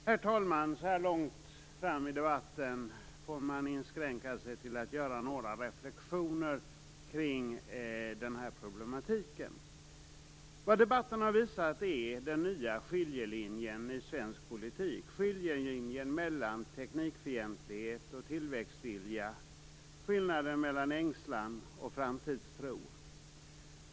Herr talman! Så här långt fram i debatten får man inskränka sig att göra några reflexioner kring den här problematiken. Debatten har visat den nya skiljelinjen i svensk politik: skiljelinjen mellan teknikfientlighet och tillväxtvilja, och skillnaden mellan ängslan och framtidstro.